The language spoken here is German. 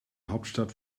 hauptstadt